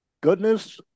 goodness